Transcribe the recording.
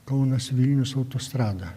kaunas vilnius autostrada